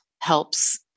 helps